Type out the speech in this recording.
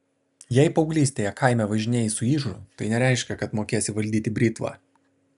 jei paauglystėje kaime važinėjai su ižu tai nereiškia kad mokėsi valdyti britvą